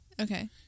Okay